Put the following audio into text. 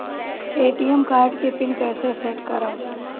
ATM card के PIN कैसे set करम?